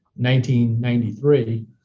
1993